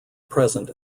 present